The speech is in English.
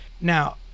Now